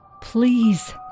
please